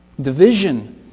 Division